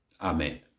Amen